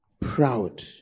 proud